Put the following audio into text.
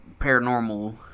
paranormal